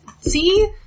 see